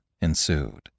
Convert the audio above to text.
ensued